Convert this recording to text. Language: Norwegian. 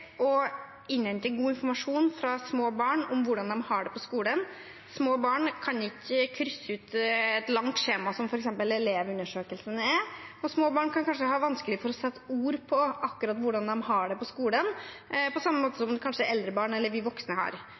å innhente god informasjon fra små barn om hvordan de har det på skolen. Små barn kan ikke krysse ut et langt skjema, som f.eks. Elevundersøkelsen er, og små barn kan kanskje ha vanskelig for å sette ord på akkurat hvordan de har det på skolen, på samme måte som det eldre barn eller vi voksne